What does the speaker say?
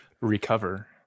Recover